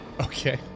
Okay